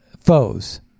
foes